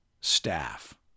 staff